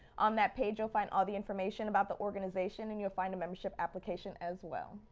on that page you'll find all the information about the organization and you'll find a membership application as well.